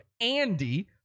Andy